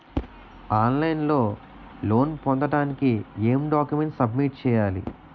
On line లో loan పొందటానికి ఎం డాక్యుమెంట్స్ సబ్మిట్ చేయాలి?